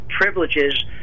privileges